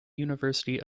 university